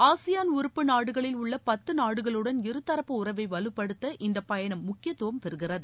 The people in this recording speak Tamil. ஆசியான் உறுப்பு நாடுகளில் உள்ள பத்து நாடுகளுடன் இருதரப்பு உறவை வலுப்படுத்த இந்த பயணம் முக்கியத்துவம் பெறுகிறது